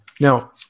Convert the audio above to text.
Now